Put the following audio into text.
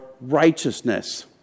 righteousness